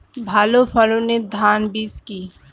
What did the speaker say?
ভালো ফলনের ধান বীজ কি?